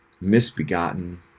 misbegotten